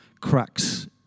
cracks